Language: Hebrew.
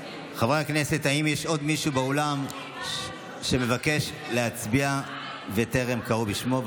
יש עוד מישהו באולם שמבקש להצביע וטרם קראו בשמו?